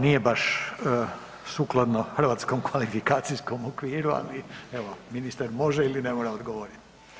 Nije baš sukladno hrvatskom kvalifikacijskom okviru, ali evo ministar može ili ne mora odgovorit.